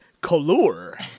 color